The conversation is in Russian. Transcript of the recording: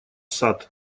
сад